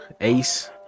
Ace